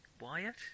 Wyatt